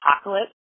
apocalypse